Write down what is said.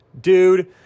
Dude